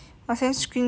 我先 screenshot